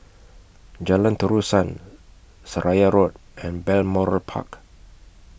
Jalan Terusan Seraya Road and Balmoral Park